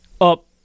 up